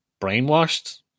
brainwashed